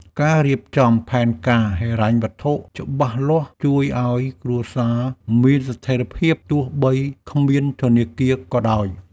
ការរៀបចំផែនការហិរញ្ញវត្ថុច្បាស់លាស់ ជួយឱ្យគ្រួសារមានស្ថិរភាព ទោះបីគ្មានធនាគារក៏ដោយ។